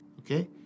okay